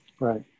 Right